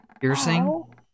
piercing